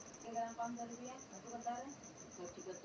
गैर बैंकिंग वित्तीय संस्थाओं द्वारा कितनी प्रकार के ऋण दिए जाते हैं?